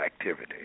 activity